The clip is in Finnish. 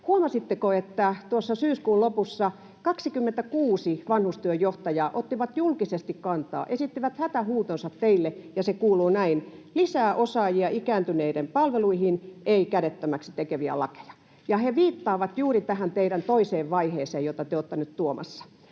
Huomasitteko, että tuossa syyskuun lopussa 26 vanhustyön johtajaa otti julkisesti kantaa, esitti hätähuutonsa teille? Ja se kuuluu näin: ”Lisää osaajia ikääntyneiden palveluihin, ei kädettömäksi tekeviä lakeja.” He viittaavat juuri tähän teidän toiseen vaiheeseen, jota te olette nyt tuomassa.